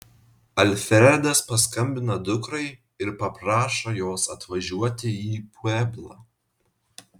alfredas paskambina dukrai ir paprašo jos atvažiuoti į pueblą